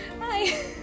hi